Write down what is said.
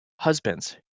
husbands